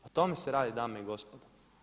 O tome se radi dame i gospodo.